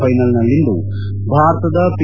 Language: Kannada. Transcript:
ಫೈನಲ್ನಲ್ಲಿಂದು ಭಾರತದ ಪಿ